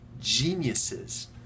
Geniuses